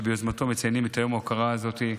שביוזמתו מציינים את יום ההוקרה הזה,